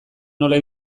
nola